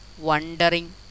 wondering